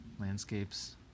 landscapes